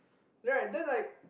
right then like